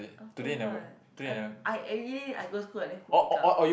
oh oh-my-god I I everyday I go school I never put makeup